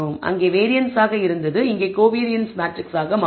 அங்கே வேரியன்ஸ் ஆக இருந்தது இங்கே கோவேரியன்ஸ் மேட்ரிக்ஸாக மாறும்